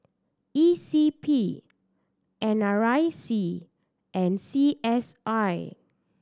E C P N R IC and C S I